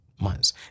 months